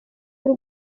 y’u